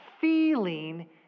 feeling